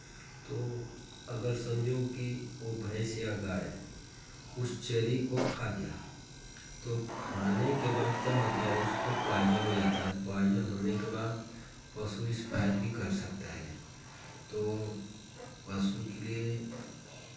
तो अगर समझो कि वो भैंस या गाय उस चरी को खा लिया तो खाने के बाद क्या होता उसको पॉइज़न हो जाता है पॉइज़न होने के बाद पशु एक्सपायर भी कर सकता है तो पशु के लिए